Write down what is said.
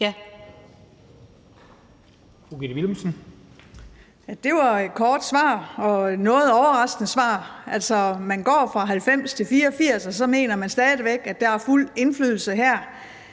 Det var et kort svar og et noget overraskende svar. Altså, man går fra 90 pct. til 84 pct., og så mener man stadig væk, at der er fuld indflydelse her.